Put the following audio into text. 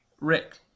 Rick